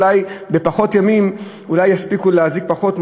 אולי בפחות ימים יספיקו להזיק פחות,